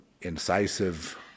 incisive